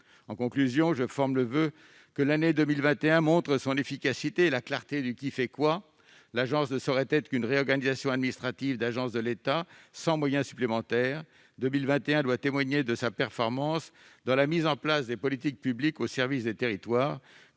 En conclusion, je forme le voeu que l'année 2021 montre l'efficacité de l'agence et clarifie le « qui fait quoi ». L'ANCT ne saurait être une simple réorganisation administrative d'agences de l'État sans moyens supplémentaires ; 2021 doit témoigner de sa performance dans la mise en place des politiques publiques au service des territoires,